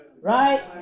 Right